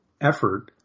effort